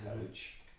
coach